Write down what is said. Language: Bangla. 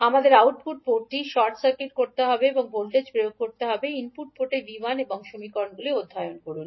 আমাদের আউটপুট পোর্টটি শর্ট সার্কিট করতে হবে এবং ভোল্টেজ প্রয়োগ করতে হবে ইনপুট পোর্টে 𝐕1 এবং সমীকরণগুলি সমাধান করুন